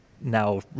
now